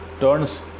turns